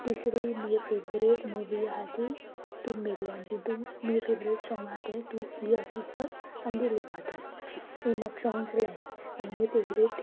तिसरी म्हजी favourite movie आसा ती तूं मिले आनी ती म्हजे फेवरेट सोंग आसा तें तूं ही हकिकत आनी तू ही इबादत ही म्हाका सोंग्स लायक आनी म्हजी फेवरेट तीं